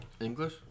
English